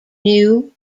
new